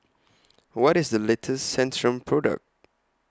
What IS The latest Centrum Product